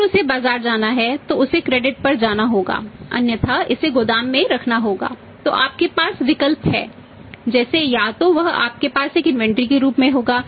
अगर उसे बाजार जाना है तो उसे क्रेडिट होगा